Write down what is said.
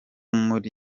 muri